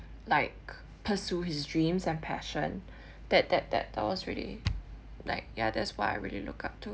like pursue his dreams and passion that that that that was really like ya that's what I really look up to